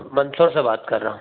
मंदसौर से बात कर रहा हूँ